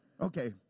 Okay